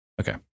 Okay